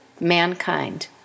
mankind